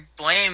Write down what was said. blame